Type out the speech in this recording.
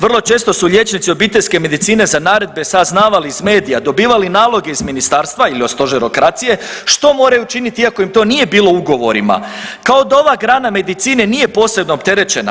Vrlo često su liječnici obiteljske medicine za naredbe saznavali iz medija, dobivali naloge iz ministarstva ili od stožerokracije što moraju činiti iako im to nije bilo u ugovorima kao da ova grana medinice nije posebno opterećena.